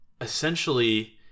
Essentially